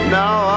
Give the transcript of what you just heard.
now